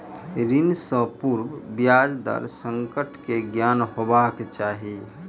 ऋण सॅ पूर्व ब्याज दर संकट के ज्ञान हेबाक चाही